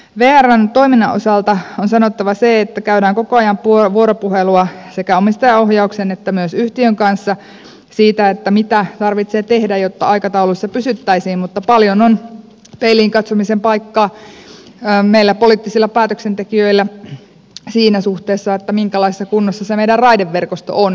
vrn toiminnan osalta on sanottava se että käydään koko ajan vuoropuhelua sekä omistajaohjauksen että myös yhtiön kanssa siitä mitä tarvitsee tehdä jotta aikatauluissa pysyttäisiin mutta paljon on peiliin katsomisen paikkaa meillä poliittisilla päätöksentekijöillä siinä suhteessa että minkälaisessa kunnossa se meidän raideverkostomme on